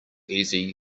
easy